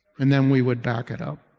and then we would back it up.